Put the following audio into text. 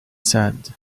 said